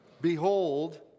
behold